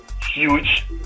huge